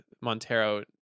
Montero